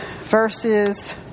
verses